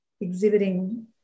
exhibiting